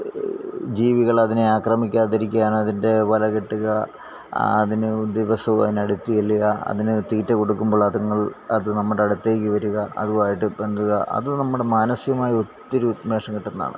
ജീവികൾ അതിനെ ആക്രമിക്കാതിരിക്കാൻ അതിൻ്റെ വലകെട്ടുക അതിന് ദിവസവും അതിന് അടുത്ത് ചെല്ലുക അതിന് തീറ്റ കൊടുക്കുമ്പോൾ അതുങ്ങൾ അത് നമ്മുടെ അടുത്തേക്ക് വരുക അതുമായിട്ട് പങ്കുക അത് നമ്മുടെ മനസികമായിട്ട് ഒത്തിരി ഉന്മേഷം കിട്ടുന്നതാണ്